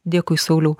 dėkui sauliau